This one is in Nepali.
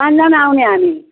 पाँचजना आउने हामी